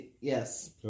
yes